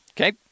Okay